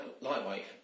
lightweight